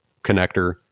connector